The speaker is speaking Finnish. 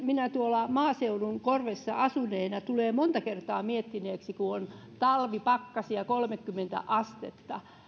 minä tuolla maaseudun korvessa asuneena tulen monta kertaa miettineeksi kun on talvipakkasia kolmekymmentä astetta